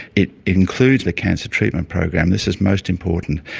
it includes the cancer treatment program. this is most important.